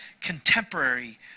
contemporary